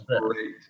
great